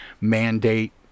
mandate